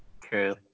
True